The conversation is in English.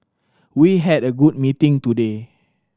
we had a good meeting today